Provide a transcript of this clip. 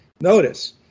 Notice